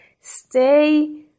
Stay